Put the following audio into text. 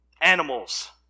animals